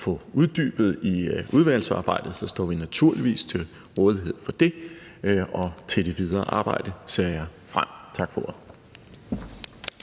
få uddybet i udvalgsarbejdet, står vi naturligvis til rådighed for det. Og til det videre arbejde ser jeg frem. Tak for